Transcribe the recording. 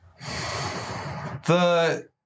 The